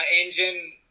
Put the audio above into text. engine